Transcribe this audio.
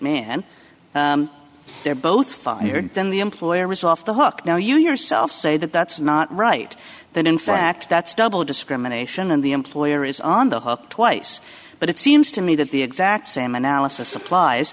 n they're both fired then the employer was off the hook now you yourself say that that's not right that in fact that's double discrimination and the employer is on the hook twice but it seems to me that the exact same analysis applies